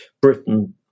Britain